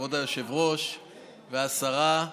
שכבוד היושב-ראש והשרה,